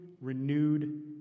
renewed